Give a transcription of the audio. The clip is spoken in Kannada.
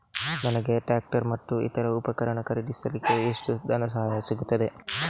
ನನಗೆ ಟ್ರ್ಯಾಕ್ಟರ್ ಮತ್ತು ಇತರ ಉಪಕರಣ ಖರೀದಿಸಲಿಕ್ಕೆ ಎಷ್ಟು ಧನಸಹಾಯ ಸಿಗುತ್ತದೆ?